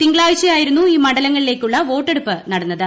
തിങ്കളാഴ്ചയായിരുന്നു ഈ മണ്ഡലങ്ങളിലേക്കുള്ള വോട്ടെടുപ്പ് നടന്നത്